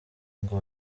ngo